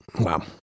Wow